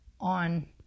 on